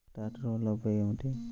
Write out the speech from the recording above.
ట్రాక్టర్ల వల్ల ఉపయోగం ఏమిటీ?